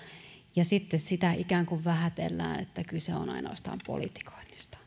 ikään kuin vähätellään että kyse on ainoastaan politikoinnista